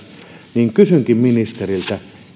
kysynkin ministeriltä